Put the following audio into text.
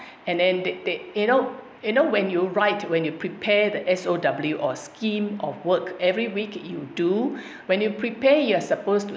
and then they they you know you know when you write when you prepare the S_O_W or scheme of work every week you do when you prepare your supposed to